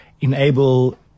enable